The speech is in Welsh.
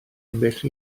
ambell